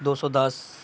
ਦੋ ਸੌ ਦਸ